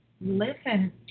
listen